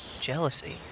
jealousy